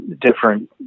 different